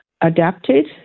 adapted